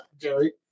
Jerry